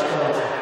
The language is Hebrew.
מה שאתה רוצה.